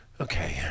Okay